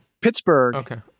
Pittsburgh